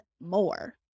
more